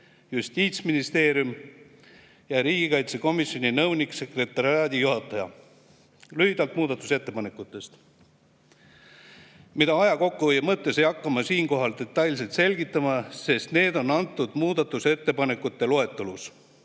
Justiitsministeerium ja riigikaitsekomisjoni nõunik-sekretariaadijuhataja. Lühidalt muudatusettepanekutest, mida ma aja kokkuhoiu mõttes ei hakka siinkohal detailselt selgitama, sest need on ära toodud muudatusettepanekute loetelus.